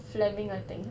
flemings I think